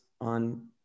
on